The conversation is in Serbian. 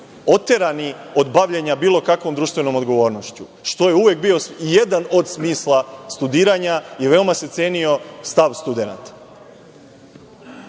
oterani od bavljenja bilo kakvom društvenom odgovornošću, što je uvek bio jedan od smisla studiranja i veoma se cenio stav studenata.